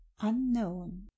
unknown